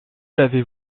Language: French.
l’avez